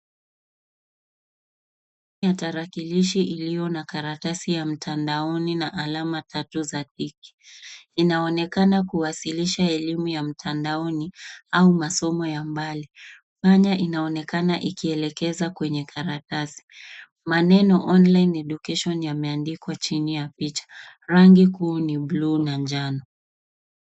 Tarakilishi iliyo na karatasi tatu na alama tatu za dhiki .Inaonekana kuwasilisha elimu ya mtandaoni au masomo ya mbali. Panya inaonekana ikielekeza kwenye karatasi. Maneno [cs ]online education yameandikwa chini ya picha . Rangi kuu ni buluu na njano.